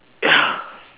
ya